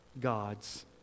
God's